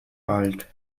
alt